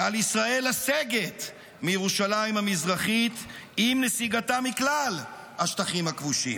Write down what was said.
שעל ישראל לסגת מירושלים המזרחית עם נסיגתה מכלל השטחים הכבושים.